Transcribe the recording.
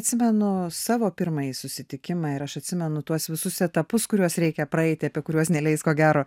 atsimenu savo pirmąjį susitikimą ir aš atsimenu tuos visus etapus kuriuos reikia praeiti apie kuriuos neleis ko gero